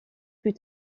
plus